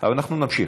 אבל אנחנו נמשיך.